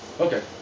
Okay